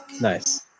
nice